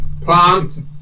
Plant